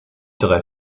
drei